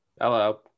Hello